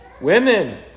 Women